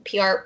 pr